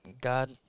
God